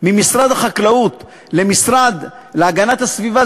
ממשרד החקלאות למשרד להגנת הסביבה,